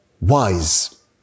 wise